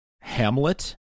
Hamlet